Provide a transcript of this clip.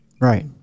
Right